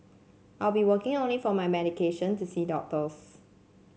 I'll be working only for my medication to see doctors